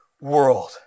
world